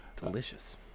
Delicious